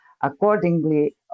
accordingly